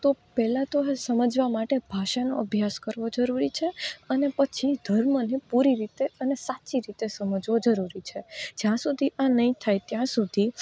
તો પહેલાં તો એ સમજવા માટે આ ભાષાનો અભ્યાસ કરવો જરૂરી છે અને પછી ધર્મને પૂરી રીતે અને સાચી રીતે સમજવો જરૂરી છે જ્યાં સુધી આ નહીં થાય ત્યાં સુધી